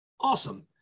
Awesome